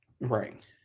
Right